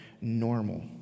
normal